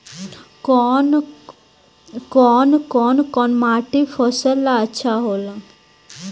कौन कौनमाटी फसल ला अच्छा होला?